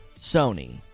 Sony